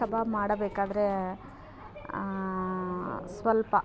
ಕಬಾಬ್ ಮಾಡಬೇಕಾದರೆ ಸ್ವಲ್ಪ